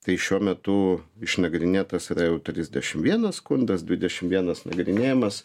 tai šiuo metu išnagrinėtas yra jau trisdešimt vienas skundas dvidešim vienas nagrinėjamas